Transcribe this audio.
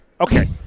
Okay